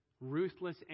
ruthless